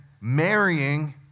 marrying